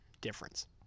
difference